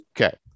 Okay